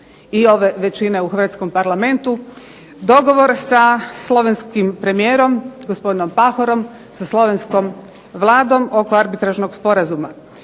i ove većine u hrvatskom Parlamentu dogovor sa slovenskim premijerom gospodinom Pahorom sa slovenskom Vladom oko Arbitražnog sporazuma.